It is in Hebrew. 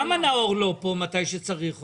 למה נאור לא פה מתי שצריך אותו?